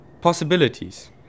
possibilities